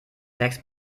wächst